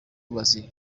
bazira